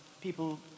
people